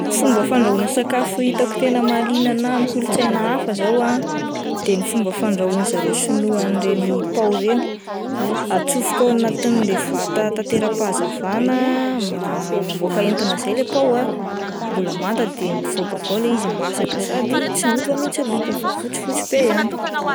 Fomba fandrahoana sakafo hitako tena amin'ny kolotsaina hafa zao de ny fomba fandrahoan-dry zareo sinoa anireny pao ireny, atsofoka ao anatin'ilay vata tanteram-pahazavana ma-mamoaka entona izay ,le pao ah mbola manta ah de mivoaka avy ao ilay izy masaka sady tsy miova mihintsy ny lokony fa fotsifotsy be ihany.